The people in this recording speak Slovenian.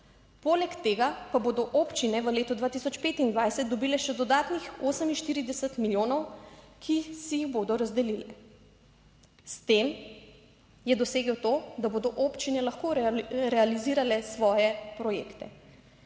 poleg tega pa bodo občine v letu 2025 dobile še dodatnih 48 milijonov, ki si jih bodo razdelile. S tem je dosegel to, da bodo občine lahko realizirale svoje projekte.